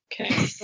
Okay